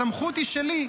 הסמכות היא שלי.